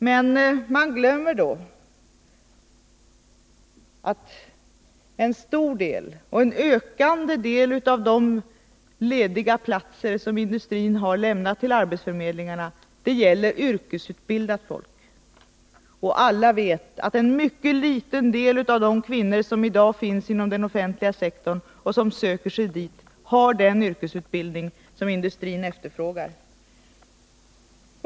Men man glömmer då att en stor del och en ökande del av de lediga platser som industrin har anmält till arbetsförmedlingarna gäller yrkesutbildat folk. Och alla vet att en mycket liten del av de kvinnor som i dag finns inom den offentliga sektorn och som söker sig dit har den yrkesutbildning som industrin efterfrågar.